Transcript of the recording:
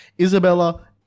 Isabella